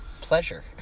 pleasure